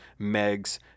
Megs